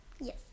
Yes